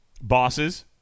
bosses